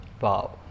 wow